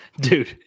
Dude